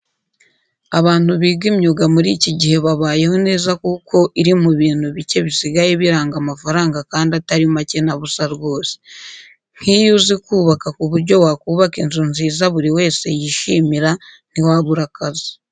Abantu biga imyuga muri iki gihe babayeho neza kuko iri mu bintu bike bisigaye biranga amafaranga kandi atari make na busa rwose. Nk'iyo uzi kubaka ku buryo wakubaka inzu nziza buri wese yishimira, ntiwabura akazi.